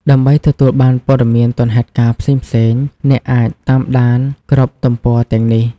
ដើម្បីទទួលបានព័ត៌មានទាន់ហេតុការណ៍ផ្សេងៗ អ្នកអាច តាមដាន គ្រប់ទំព័រទាំងនេះ។